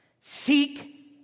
seek